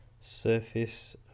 Surface